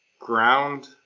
ground